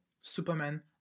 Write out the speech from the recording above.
Superman